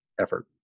effort